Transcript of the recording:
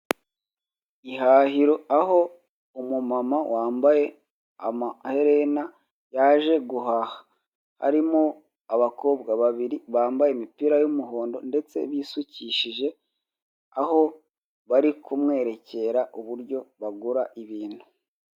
Ihahiro aho umumama wambaye amaherena yaje guhaha. Harimo abakobwa babiri bambaye imipira y'umuhondo ndetse bisukishije, aho bari kumwerekera uburyo bagura ibintu.